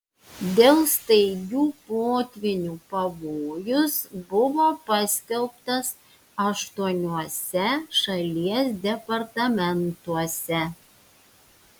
dėl staigių potvynių pavojus buvo paskelbtas aštuoniuose šalies departamentuose